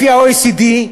לפי ה-OECD,